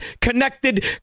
connected